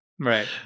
Right